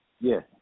Yes